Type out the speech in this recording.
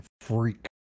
freak